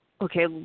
okay